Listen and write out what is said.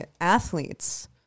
athletes